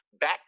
back